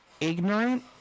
ignorant